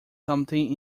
something